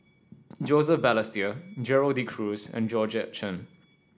Joseph Balestier Gerald De Cruz and Georgette Chen